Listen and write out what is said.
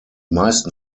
meisten